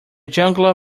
juggler